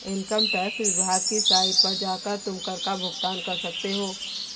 income tax विभाग की site पर जाकर तुम कर का भुगतान कर सकते हो